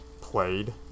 played